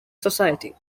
society